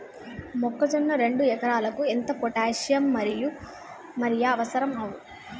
మొక్కజొన్న రెండు ఎకరాలకు ఎంత పొటాషియం యూరియా అవసరం?